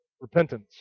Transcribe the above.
repentance